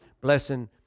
blessing